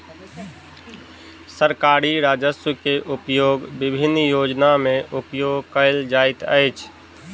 सरकारी राजस्व के उपयोग विभिन्न योजना में उपयोग कयल जाइत अछि